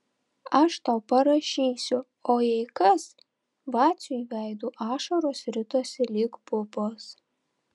aš tau parašysiu o jei kas vaciui veidu ašaros ritosi lyg pupos